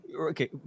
okay